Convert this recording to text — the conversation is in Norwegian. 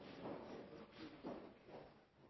statsråd